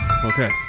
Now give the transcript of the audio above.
Okay